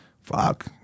fuck